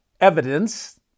evidence